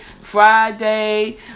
Friday